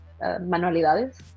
manualidades